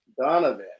Donovan